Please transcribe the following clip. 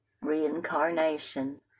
Reincarnation